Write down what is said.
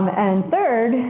and third,